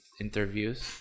interviews